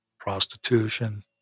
Prostitution